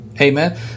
Amen